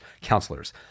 counselors